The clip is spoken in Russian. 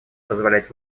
позволять